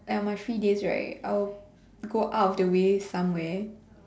on my free days right I'll go out of the way somewhere